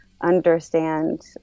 understand